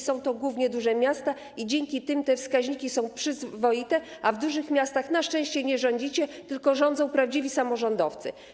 Są to głównie duże miasta, dzięki nim te wskaźniki są przyzwoite, a w dużych miastach na szczęście nie rządzicie wy, tylko rządzą prawdziwi samorządowcy.